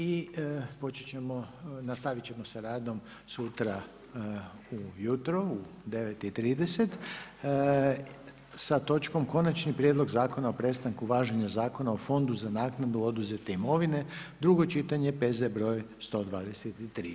I počet ćemo, nastavit ćemo sa radom sutra ujutro u 9,30 sa točkom Konačni prijedlog zakona o prestanku važenja Zakona o fondu za naknadu oduzete imovine, drugo čitanje, P.Z. br. 123.